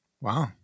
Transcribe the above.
Wow